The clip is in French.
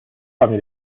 parmi